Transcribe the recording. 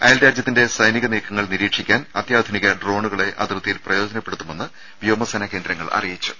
അയൽ രാജ്യത്തിന്റെ സൈനിക നീക്കങ്ങൾ നിരീക്ഷിക്കാൻ അത്യാധുനിക ഡ്രോണുകളെ അതിർത്തിയിൽ പ്രയോജനപ്പെടുത്തുമെന്ന് വ്യോമസേനാ കേന്ദ്രങ്ങൾ അറിയിച്ചു